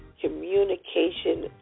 communication